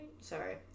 Sorry